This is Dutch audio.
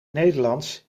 nederlands